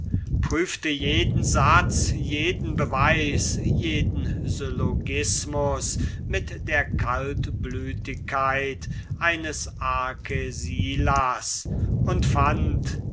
prüfte jeden satz jeden beweis jeden syllogismus mit der kaltblütigkeit eines arcesilas und fand